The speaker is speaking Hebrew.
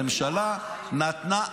הממשלה נתנה,